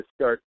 start